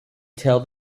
tell